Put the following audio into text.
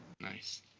Nice